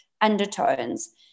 undertones